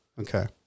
Okay